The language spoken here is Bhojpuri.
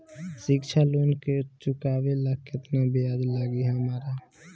शिक्षा लोन के चुकावेला केतना ब्याज लागि हमरा?